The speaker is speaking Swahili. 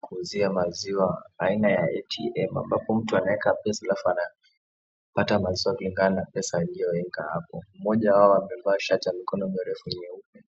kuuzia maziwa aina ya "ATM" ambapo mtu anaeka pesa alafu anapata maziwa kulingana na pesa aliyoweka hapo. Mmoja wao amevaa shati ya mikono mirefu nyeupe.